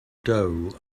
dough